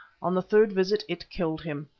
on the third visit it killed him,